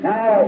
Now